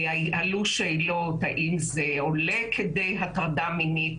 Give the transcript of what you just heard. עלו שאלות האם זה עולה כדי הטרדה מינית